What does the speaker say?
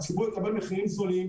הציבור יקבל מחירים זולים.